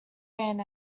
ran